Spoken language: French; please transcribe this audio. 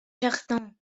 jardins